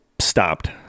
stopped